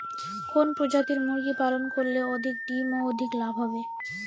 কোন প্রজাতির মুরগি পালন করলে অধিক ডিম ও অধিক লাভ হবে?